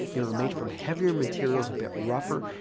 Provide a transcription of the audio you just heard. they were made from heavier materials, a bit rougher,